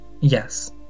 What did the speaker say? Yes